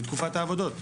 לתקופת העבודות,